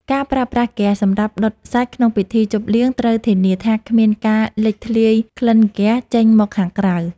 ការប្រើប្រាស់ហ្គាសសម្រាប់ដុតសាច់ក្នុងពិធីជប់លៀងត្រូវធានាថាគ្មានការលេចធ្លាយក្លិនហ្គាសចេញមកខាងក្រៅ។